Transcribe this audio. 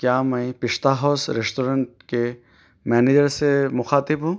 کیا میں پشتا ہاؤس ریسٹورینٹ کے مینیجر سے مخاطب ہوں